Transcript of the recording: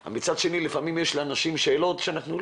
--- אבל מצד שני יש לאנשים לפעמים שאלות שלא